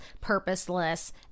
purposeless